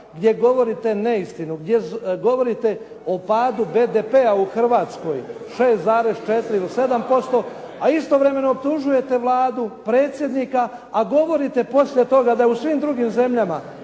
gdje govorite neistinu, gdje govorite o padu BDP-a u Hrvatskoj 6,4 ili 7% a istovremeno optužujete Vladu, predsjednika, a govorite poslije toga da je u svim drugim zemljama